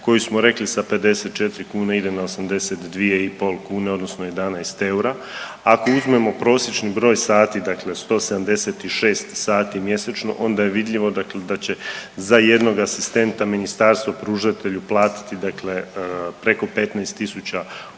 koju smo rekli sa 54 kune ide na 82,5 kune odnosno 11 eura. Ako uzmemo prosječni broj sati dakle 176 sati mjesečno onda je vidljivo da će za jednog asistenta ministarstvo pružatelju platiti dakle preko 15 tisuća